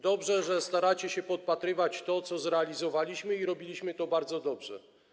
Dobrze, że staracie się podpatrywać to, co zrealizowaliśmy, a robiliśmy to bardzo dobrze.